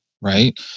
right